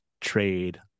trade